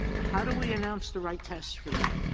how do we announce the right test for that?